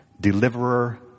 deliverer